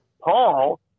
Paul